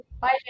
Bye